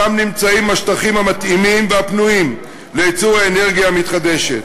שם נמצאים השטחים המתאימים והפנויים לייצור האנרגיה המתחדשת.